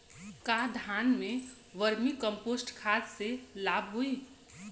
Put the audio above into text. का धान में वर्मी कंपोस्ट खाद से लाभ होई?